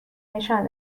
نشان